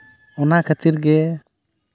ᱚᱱᱟ ᱠᱷᱟᱹᱛᱤᱨ ᱜᱮ